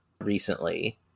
recently